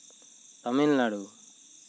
Tamil Nadu